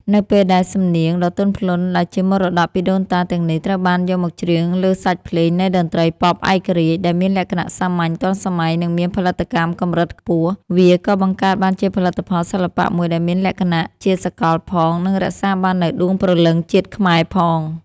នៅពេលដែលសំនៀងដ៏ទន់ភ្លន់ដែលជាមរតកពីដូនតាទាំងនេះ ត្រូវបានយកមកច្រៀងលើសាច់ភ្លេងនៃតន្ត្រីប៉ុបឯករាជ្យ ដែលមានលក្ខណៈសាមញ្ញ ទាន់សម័យ និងមានផលិតកម្មកម្រិតខ្ពស់ វាក៏បង្កើតបានជាផលិតផលសិល្បៈមួយដែលមានលក្ខណៈជាសកលផង និងរក្សាបាននូវដួងព្រលឹងជាតិខ្មែរផង។